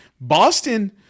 Boston